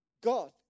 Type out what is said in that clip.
God